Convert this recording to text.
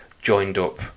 joined-up